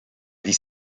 vie